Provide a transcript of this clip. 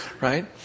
right